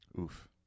Oof